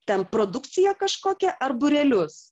ten produkciją kažkokią ar būrelius